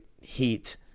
heat